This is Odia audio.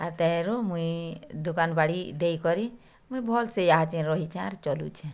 ଆର୍ ତେହେରୁ ମୁଇଁ ଦୁକାନ୍ ବାଡ଼ି ଦେଇକରି ମୁଇଁ ଭଲ୍ସେ ଆଜି ରହିଛେଁ ଆରୁ ଚଲୁଛେଁ